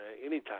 Anytime